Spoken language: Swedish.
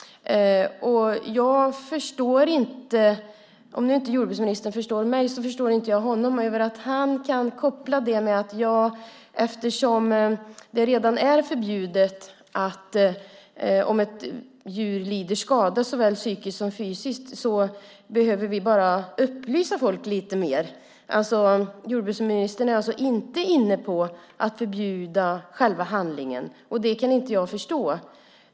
Om nu inte jordbruksministern förstår mig, så förstår inte jag honom. Han menar att eftersom det redan är förbjudet om ett djur lider skada såväl psykiskt som fysiskt behöver vi bara upplysa folk lite mer. Jordbruksministern är alltså inte inne på att förbjuda själva handlingen. Det kan jag inte förstå.